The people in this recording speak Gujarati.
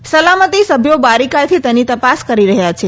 અને સલામતી સભ્યો બારીકાઈથી તપાસ કરી રહ્યા છે